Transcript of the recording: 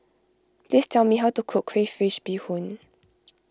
please tell me how to cook Crayfish BeeHoon